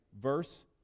Verse